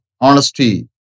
honesty